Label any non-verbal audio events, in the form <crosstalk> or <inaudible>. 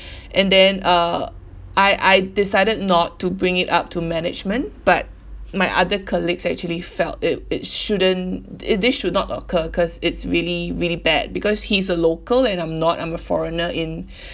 <breath> and then uh I I decided not to bring it up to management but my other colleagues actually felt it it shouldn't it this should not occur because it's really really bad because he is a local and I'm not I'm a foreigner in <breath>